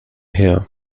her